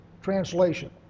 Translation